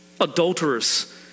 adulterers